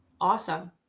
Awesome